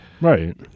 right